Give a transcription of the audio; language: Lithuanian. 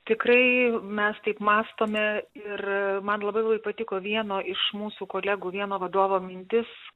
tikrai mes taip mąstome ir man labai labai patiko vieno iš mūsų kolegų vieno vadovo mintis